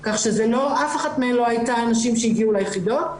כך שאף אחת מהן לא הייתה מהנשים שהגיעו ליחידות.